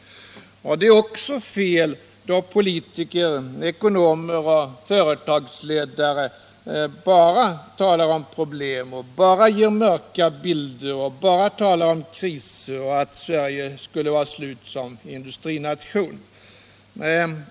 Det är också fel då politiker, ekonomer och företagsledare bara talar om problem, bara ger mörka bilder, bara talar om kriser och säger att Sverige skulle vara slut som industrination.